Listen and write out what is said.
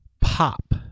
Pop